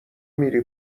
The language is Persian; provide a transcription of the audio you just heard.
میری